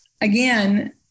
again